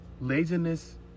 laziness